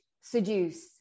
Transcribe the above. seduce